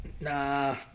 nah